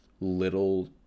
little